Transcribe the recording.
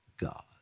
God